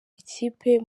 ikipe